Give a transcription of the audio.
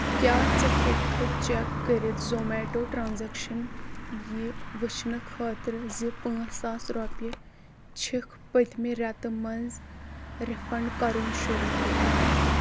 کیٛاہ ژٕ ہیٚککھہٕ چیٚک کٔرِتھ زومیٹو ٹرانزیکشن یہِ ؤچھنہٕ خٲطرٕ زِ پانٛژھ ساس رۄپیہِ چھِکھ پٔتمہِ رٮ۪تھ منٛز رِفنڑ کرُن شروٗع کوٚرمُت؟